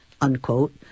unquote